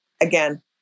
again